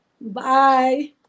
Bye